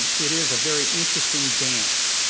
it is a very interesting dance.